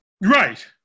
Right